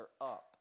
up